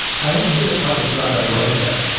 i haven't seen a product that's got that right yet.